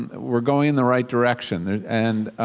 and we are going in the right direction. and